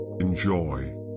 enjoy